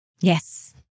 Yes